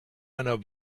einer